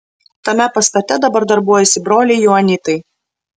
tame pastate dabar darbuojasi broliai joanitai